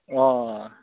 अ'